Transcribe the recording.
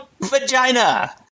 vagina